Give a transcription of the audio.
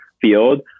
field